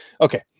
okay